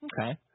Okay